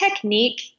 technique